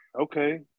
okay